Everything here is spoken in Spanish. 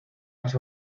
más